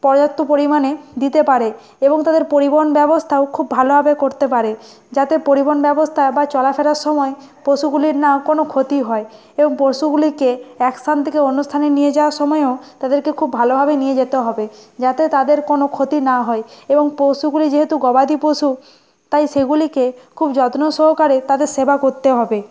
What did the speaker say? পর্যাপ্ত পরিমাণে দিতে পারে এবং তাদের পরিবহণ ব্যবস্থাও খুব ভালোভাবে করতে পারে যাতে পরিবহণ ব্যবস্তা বা চলাফেরার সময় পশুগুলির না কোনও ক্ষতি হয় এবং পশুগুলিকে এক স্থান থেকে অন্য স্থানে নিয়ে যাওয়ার সময়ও তাদেরকে খুব ভালোভাবে নিয়ে যেতে হবে যাতে তাদের কোনও ক্ষতি না হয় এবং পশুগুলি যেহেতু গবাদি পশু তাই সেগুলিকে খুব যত্ন সহকারে তাদের সেবা করতে হবে